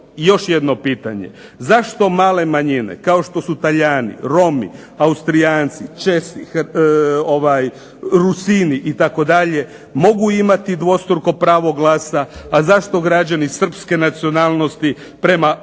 još jedno pitanje. Zašto male manjine kao što su Talijani, Romi, Austrijanci, Česi, Rusini itd. mogu imati dvostruko pravo glasa, a zašto građani srpske nacionalnosti prema ovom